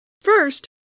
First